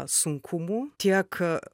sunkumų tiek